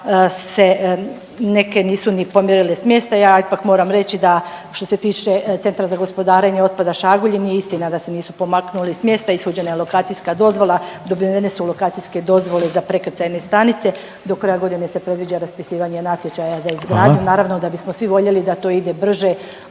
neke nisu ni pomjerile s mjesta, ja ipak moram reći da što se tiče Centra za gospodarenje otpada Šagulje nije istina da se nisu pomaknuli s mjesta, ishođena je lokacijska dozvola, dobivene su lokacijske dozvole za prekrcajne stanice, do kraja godine se predviđa raspisivanje natječaja za izgradnju…/Upadica